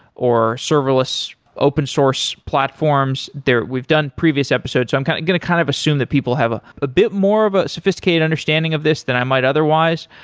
or serverless open-source platforms, we've done previous episode. so i'm kind of going to kind of assume that people have ah a bit more of a sophisticated understanding of this than i might otherwise,